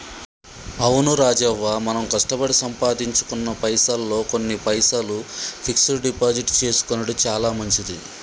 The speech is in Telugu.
అవును రాజవ్వ మనం కష్టపడి సంపాదించుకున్న పైసల్లో కొన్ని పైసలు ఫిక్స్ డిపాజిట్ చేసుకొనెడు చాలా మంచిది